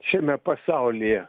šiame pasaulyje